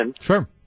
sure